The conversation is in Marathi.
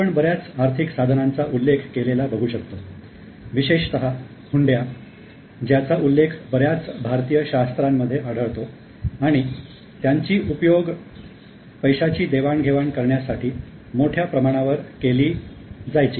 आपण बऱ्याच आर्थिक साधनांचा उल्लेख केलेला बघू शकतो विशेषतः हुंड्या ज्याचा उल्लेख बऱ्याच भारतीय शास्त्रांमध्ये आढळतो आणि त्यांचा उपयोग पैशाची देवाण घेवाण करण्यासाठी मोठ्या प्रमाणावर केला जायचा